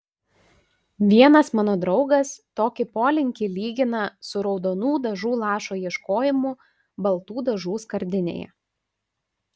vienas mano draugas tokį polinkį lygina su raudonų dažų lašo ieškojimu baltų dažų skardinėje